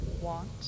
want